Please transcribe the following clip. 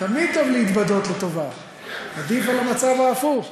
תמיד טוב להתוודות לטובה, עדיף על המצב ההפוך.